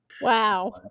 Wow